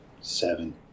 Seven